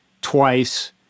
twice